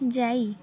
ଯାଇ